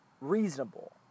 reasonable